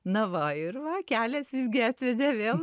na va ir va kelias visgi atvedė vėl